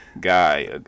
Guy